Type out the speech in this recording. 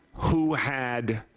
who had